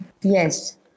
yes